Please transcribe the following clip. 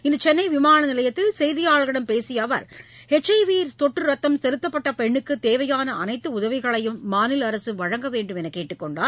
இன்று சென்னை விமான நிலையத்தில் செய்தியாளர்களிடம் பேசிய அவர் ஹெச் ஐ வி தொற்று ரத்தம் செலுத்தப்பட்ட பெண்னுக்கு தேவையான அனைத்து உதவிகளையும் மாநில அரசு வழங்க வேண்டும் என்று கேட்டுக் கொண்டார்